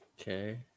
Okay